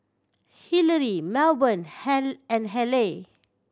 Hillery Melbourne and Haleigh